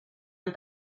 han